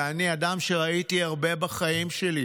ואני אדם שראה הרבה בחיים שלו.